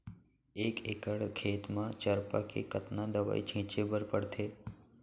एक एकड़ खेत म चरपा के कतना दवई छिंचे बर पड़थे?